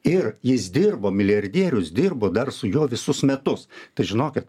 ir jis dirbo milijardierius dirbo dar su juo visus metus tai žinokit